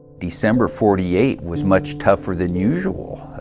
december forty eight was much tougher than usual,